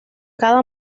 cada